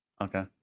Okay